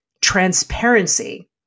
transparency